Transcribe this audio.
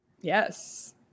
Yes